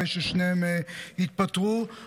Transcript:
אחרי ששניהם התפטרו,